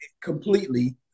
completely